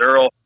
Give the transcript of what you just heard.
Earl